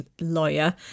lawyer